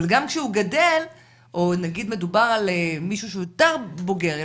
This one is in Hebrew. אבל גם כשהוא גדל או נגיד מדובר שהוא יותר בוגר,